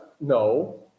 No